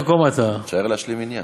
תישאר להשלים מניין.